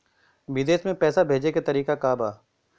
विदेश में पैसा भेजे के तरीका का बा?